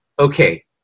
okay